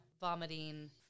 vomiting